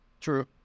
true